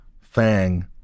Fang